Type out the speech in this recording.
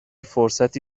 فرصتی